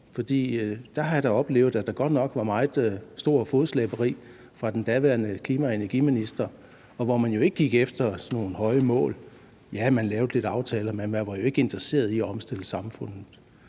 der har jeg da oplevet, at der godt nok var et meget stort fodslæberi fra den daværende klima- og energiministers side, og man gik ikke efter sådan nogle høje mål. Ja, man lavede lidt aftaler, men man var jo ikke interesseret i at omstille samfundet.